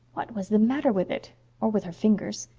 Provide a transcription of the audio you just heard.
what was the matter with it or with her fingers?